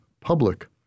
public